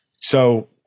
So-